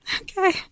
okay